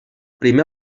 primer